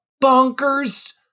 bonker's